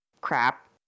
crap